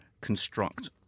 construct